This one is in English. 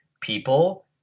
people